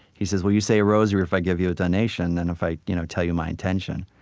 he says, will you say a rosary if i give you a donation and if i you know tell you my intention?